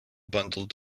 bundled